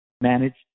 managed